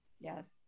Yes